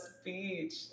speech